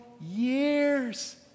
years